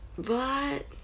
what